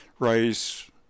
rice